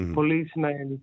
policemen